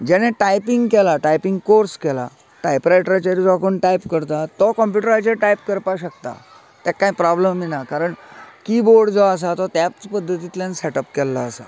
जेणें टायपिंग केलां typing course केला टायपरायटराचेर जो कोण टायप करता तो कम्पुटराचेर टायप करपाक शकता तेका काय प्राॅब्लम ना कारण किबोर्ड जो आसा तो त्याच पद्दतींतल्यान सेटप केल्लो आसा